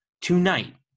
tonight